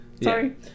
Sorry